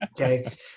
Okay